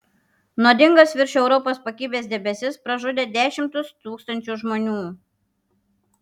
nuodingas virš europos pakibęs debesis pražudė dešimtis tūkstančių žmonių